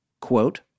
quote